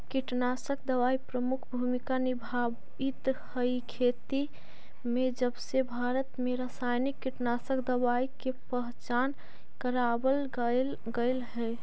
कीटनाशक दवाई प्रमुख भूमिका निभावाईत हई खेती में जबसे भारत में रसायनिक कीटनाशक दवाई के पहचान करावल गयल हे